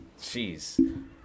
Jeez